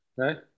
Okay